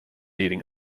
eating